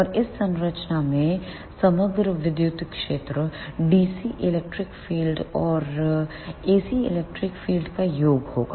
और इस संरचना में समग्र विद्युत क्षेत्र DC electric field ELECTRIC FIELD और एसी इलेक्ट्रिक फील्ड का योग होगा